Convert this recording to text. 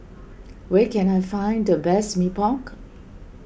where can I find the best Mee Pok